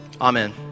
Amen